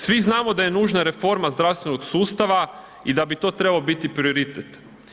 Svi znamo da je nužna reforma zdravstvenog sustava i da bi to trebao biti prioritet.